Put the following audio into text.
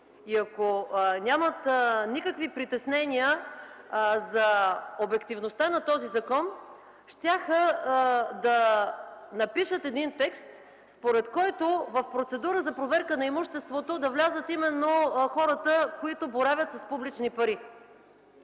и ако нямат никакви притеснения за обективността на този закон, щяха да напишат един текст, според който в процедура за проверка на имуществото да влязат именно хората, които боравят с публични пари